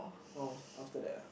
oh after that ah